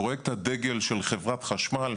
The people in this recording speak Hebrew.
פרויקט הדגל של חברת חשמל.